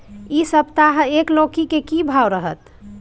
इ सप्ताह एक लौकी के की भाव रहत?